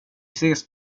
ses